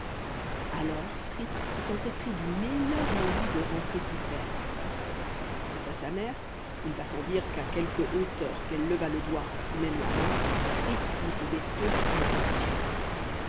alors fritz se sentait pris d'une énorme envie de rentrer sous terre quant à sa mère il va sans dire qu'à quelque hauteur qu'elle levât le doigt ou même la main fritz n'y faisait aucune attention